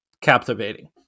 captivating